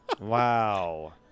Wow